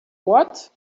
what